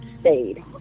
stayed